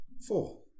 Four